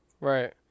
Right